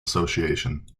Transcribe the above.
association